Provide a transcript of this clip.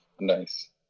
Nice